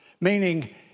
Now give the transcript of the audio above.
Meaning